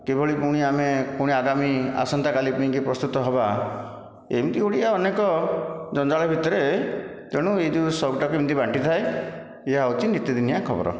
କିଭଳି ପୁଣି ଆମେ ପୁଣି ଆଗାମୀ ଆସନ୍ତା କାଲି ପାଇଁକି ପ୍ରସ୍ତୁତ ହେବା ଏମିତି ଗୁଡ଼ିଏ ଅନେକ ଜଞ୍ଜାଳ ଭିତରେ ତେଣୁ ଏ ଯେଉଁ ସୋଉକଟାକୁ ଏମିତି ବାଣ୍ଟି ଥାଏ ଏହା ହେଉଛି ନୀତି ଦିନିଆ ଖବର